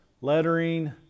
lettering